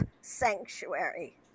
Sanctuary